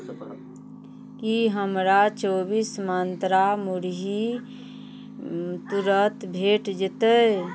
कि हमरा चौबिस मन्त्रा मुरही तुरन्त भेटि जएतै